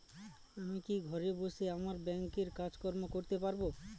আমি কি ঘরে বসে আমার ব্যাংকের কাজকর্ম করতে পারব?